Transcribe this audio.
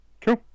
Cool